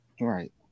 Right